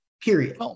period